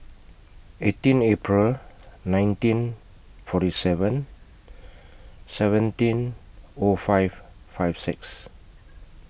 eighteen April nineteen forty seven seventeen O five five six